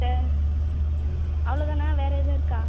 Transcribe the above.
சரி அவ்வளோ தானா வேறு எதுவும் இருக்கா